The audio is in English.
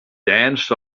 danced